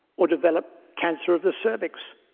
or develop cancer of the cervix.